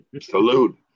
Salute